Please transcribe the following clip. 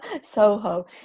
soho